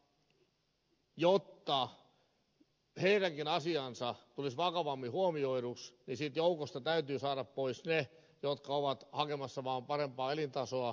mutta jotta heidänkin asiansa tulisi vakavammin huomioiduksi niin siitä joukosta täytyy saada pois ne jotka ovat hakemassa vaan parempaa elintasoa